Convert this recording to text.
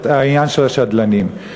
את העניין של השדלנים,